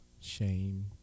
shame